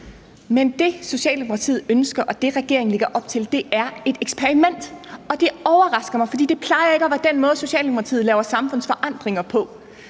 Det, Socialdemokratiet ønsker, og det, regeringen lægger op til, er et eksperiment, og det overrasker mig, for det plejer ikke at være den måde, Socialdemokratiet laver samfundsforandringer på.